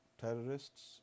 terrorists